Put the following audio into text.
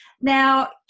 Now